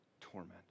torment